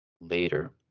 later